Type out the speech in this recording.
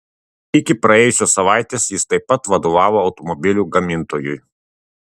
iki praėjusios savaitės jis taip pat vadovavo automobilių gamintojui